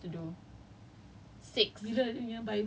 so I've six more major exams err assignments to do